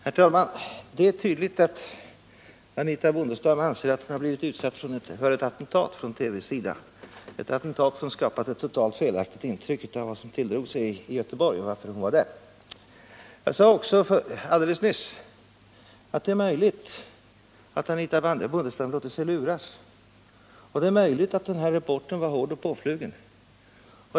Herr talman! Det är tydligt att Anitha Bondestam anser att hon har blivit Tisdagen den utsatt för ett attentat från TV:s sida, ett attentat som skapat ett totalt felaktigt 17 april 1979 intryck av vad som tilldrog sig i Göteborg och varför hon var där. Jag sade också alldeles nyss att det är möjligt att Anitha Bondestam låtit sig luras. Det är möjligt att den här reportern var hård och påflugen.